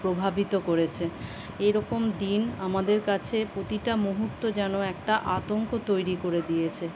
প্রভাবিত করেছে এরকম দিন আমাদের কাছে প্রতিটা মুহূর্ত যেন একটা আতঙ্ক তৈরি করে দিয়েছে